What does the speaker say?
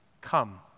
Come